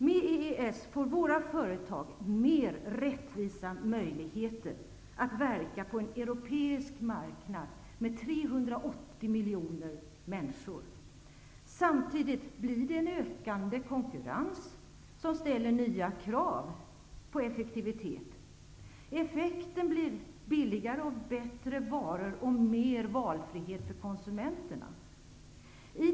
Med EES får våra företag mer rättvisa möjligheter att verka på en europeisk marknad med 380 miljoner människor. Samtidigt ökar konkurrensen, vilket ställer nya krav på effektivitet. Effekten blir billigare och bättre varor och mer valfrihet för konsumenterna.